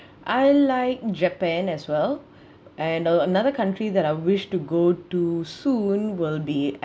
I like japan as well and uh another country that I wish to go to soon will be